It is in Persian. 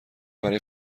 برای